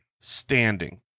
standing